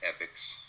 epics